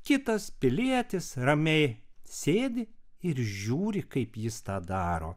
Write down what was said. kitas pilietis ramiai sėdi ir žiūri kaip jis tą daro